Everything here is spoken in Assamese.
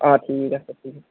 অঁ ঠিক আছে ঠিক আছে